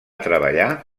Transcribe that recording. treballar